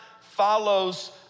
follows